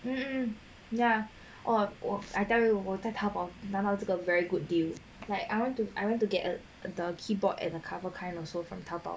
um um ya or 我我 I tell you 我在淘宝拿到这个 very good deal like I want to I went to get a the keyboard and a cover kind also from 淘宝